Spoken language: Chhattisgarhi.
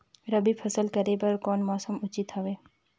रबी फसल करे बर कोन मौसम उचित हवे?